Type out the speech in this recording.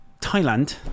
Thailand